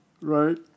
Right